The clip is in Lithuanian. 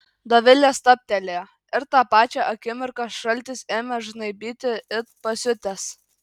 dovilė stabtelėjo ir tą pačią akimirką šaltis ėmė žnaibyti it pasiutęs